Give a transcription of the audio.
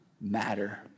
matter